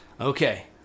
Okay